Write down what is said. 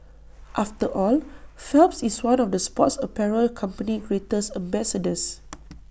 after all Phelps is one of the sports apparel company's greatest ambassadors